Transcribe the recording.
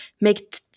make